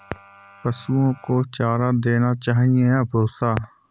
पशुओं को चारा देना चाहिए या भूसा?